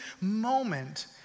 moment